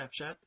snapchat